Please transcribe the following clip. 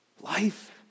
Life